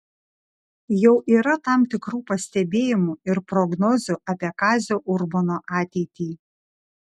jau yra tam tikrų pastebėjimų ir prognozių apie kazio urbono ateitį